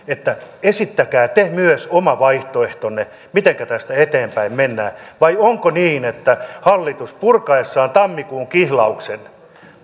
että esittäkää te myös oma vaihtoehtonne mitenkä tästä eteenpäin mennään vai onko niin että hallitus purkaessaan tammikuun kihlauksen